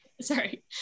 sorry